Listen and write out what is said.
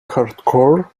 hardcore